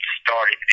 started